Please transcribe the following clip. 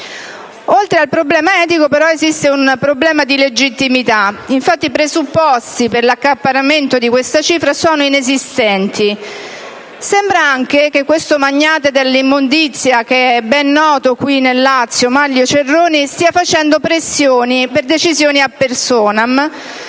Oltre al problema etico, esiste però un problema di legittimità: infatti i presupposti per l'accaparramento di questa cifra sono inesistenti. Sembra anche che questo magnate dell'immondizia, Manlio Cerroni, ben noto qui nel Lazio, stia facendo pressioni per una decisione *ad personam*